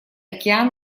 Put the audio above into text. океан